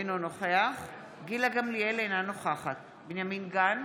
אינו נוכח גילה גמליאל, אינה נוכחת בנימין גנץ,